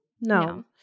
No